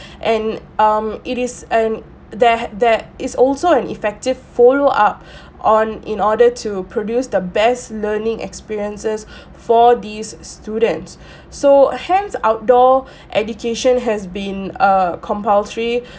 and um it is and there there is also an effective follow up on in order to produce the best learning experiences for these students so hence outdoor education has been a compulsory